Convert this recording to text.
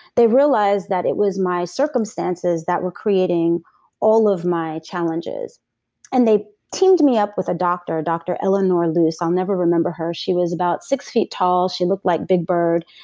they realized that it was my circumstances that were creating all of my challenges and they teamed me up with a doctor, dr. eleanor i'll never remember her. she was about six feet tall. she looked like big bird.